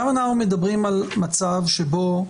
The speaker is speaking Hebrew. היום,